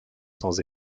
sans